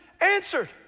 answered